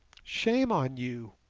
shame on you!